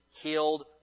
healed